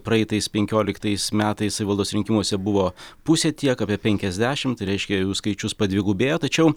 praeitais penkioliktais metais savivaldos rinkimuose buvo pusė tiek apie penkiasdešim tai reiškia jų skaičius padvigubėjo tačiau